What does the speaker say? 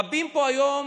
רבים פה היום